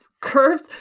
curves